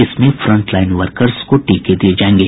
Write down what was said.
इसमें front line workers को टीके दिये जायेंगे